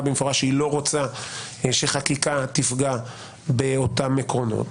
במפורש שהיא לא רוצה שחקיקה תפגע באותם העקרונות